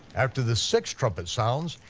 after the sixth trumpet sounds,